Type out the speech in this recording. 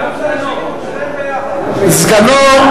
גם סגנו.